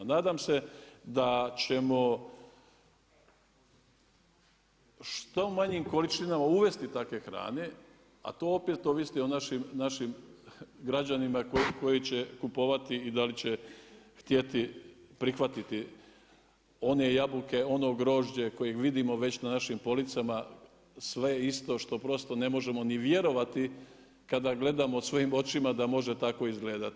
Nadam se da ćemo što manjim količinama uvesti takve hrane, a to opet ovisi o našim građanima koji će kupovati i da li će htjeti prihvatiti one jabuke, ono grožđe koje vidimo već na našim policama, sve isto što prosto ne možemo ni vjerovati kada gledamo svojim očima da može tako izgledati.